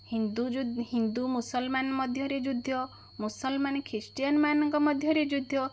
ହିନ୍ଦୁ ଯୁ ହିନ୍ଦୁ ମୁସଲମାନ ମଧ୍ୟରେ ଯୁଦ୍ଧ ମୁସଲମାନ ଖ୍ରୀଷ୍ଟିଆନ ମାନଙ୍କ ମଧ୍ୟରେ ଯୁଦ୍ଧ